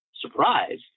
surprise